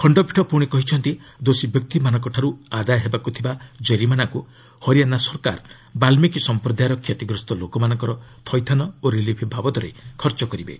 ଖଣ୍ଡପୀଠ ପୁଣି କହିଛନ୍ତି ଦୋଷୀ ବ୍ୟକ୍ତିମାନଙ୍କଠାରୁ ଆଦାୟ ହେବାକୁ ଥିବା କରିମାନାକୁ ହରିୟାଣା ସରକାର ବାଲ୍ଲୀକି ସମ୍ପ୍ରଦାୟର କ୍ଷତିଗ୍ରସ୍ତ ଲୋକମାନଙ୍କ ଥଇଥାନ ଓ ରିଲିଫ୍ ବାବଦରେ ଖର୍ଚ୍ଚ କରିବେ